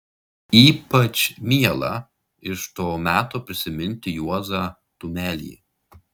ypač miela iš to meto prisiminti juozą tumelį